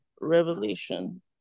revelation